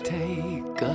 take